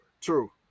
true